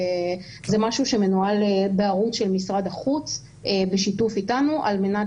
זה משהו שמנוהל בערוץ של משרד החוץ בשיתוף איתנו על מנת